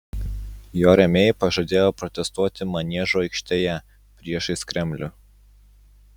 jo rėmėjai pažadėjo protestuoti maniežo aikštėje priešais kremlių